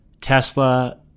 Tesla